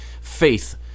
faith